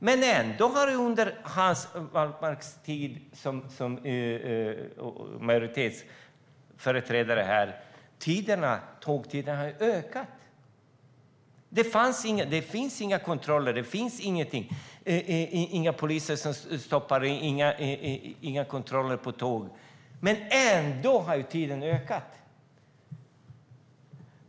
Men ändå har restiderna för tågen blivit längre under den tid som Hans Wallmarks parti tillhörde majoriteten här. Det finns inga kontroller eller poliser som stoppar tågen, men ändå har restiderna ökat.